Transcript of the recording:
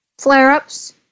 flare-ups